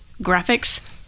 graphics